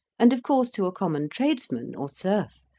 and of course to a common tradesman, or serf,